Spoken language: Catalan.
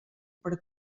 per